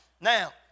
Now